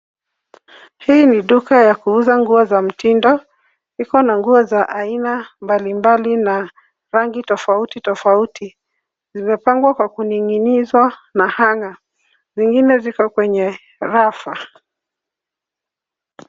Hii ni duka ya kuuza nguo za mtindo. Ikona nguo za aina mbalimbali na rangi tofauti toofauti. Zimepangwa kwa kuning'inizwa na hanger . Zingine ziko kwenye rafu.